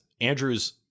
Andrew's